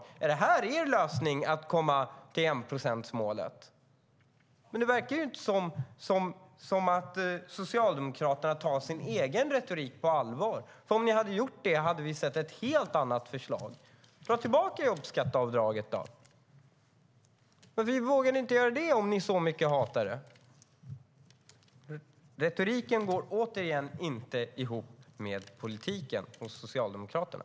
Är det er lösning för att komma till enprocentsmålet? Socialdemokraterna verkar inte ta sin egen retorik på allvar. Hade ni gjort det hade vi sett ett helt annat förslag. Dra tillbaka jobbskatteavdraget! Varför vågar ni inte göra det om ni hatar det så mycket? Retoriken går som sagt inte ihop med politiken hos Socialdemokraterna.